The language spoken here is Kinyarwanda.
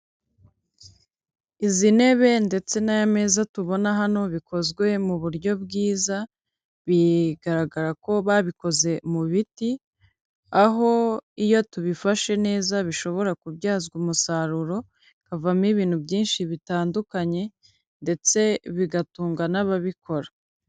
Izi ntebe ndetse n'aya meza tubona hano bikozwe mu buryo bwiza bigaragara ko babikoze mu biti aho iyo tubifashe neza bishobora kubyazwa umusaruro havamo ibintu byinshi bitandukanye ndetse bigatunga n'ababikora.